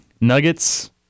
Nuggets